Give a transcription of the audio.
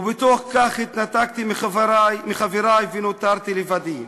ובתוך כך התנתקתי מחברי ונותרתי לבדי.